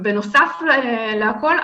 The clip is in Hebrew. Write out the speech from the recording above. בנוסף לכול,